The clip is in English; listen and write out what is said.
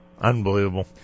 Unbelievable